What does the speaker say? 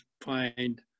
find